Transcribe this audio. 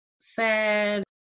sad